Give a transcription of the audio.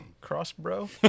Crossbow